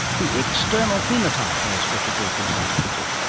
the external phenotype, as richard dawkins once put it.